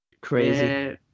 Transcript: Crazy